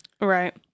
Right